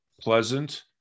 pleasant